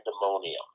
pandemonium